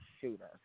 shooter